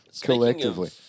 collectively